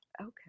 Okay